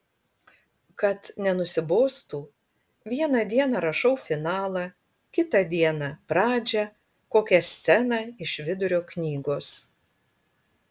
kad nenusibostų vieną dieną rašau finalą kitą dieną pradžią kokią sceną iš vidurio knygos